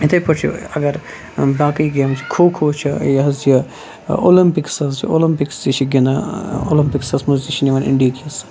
یِتھٕے پٲٹھۍ چھِ اگر باقٕے گیمٕز چھ کھو کھو چھُ یہِ حظ یہِ اولَمپِکٕس حظ چھُ اولَمپِکٕس تہِ چھِ گِنٛدان اولَمپِکسس منٛز تہِ چھِ نِوان اِنٛڈیِہٕکۍ حِصہٕ